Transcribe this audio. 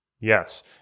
Yes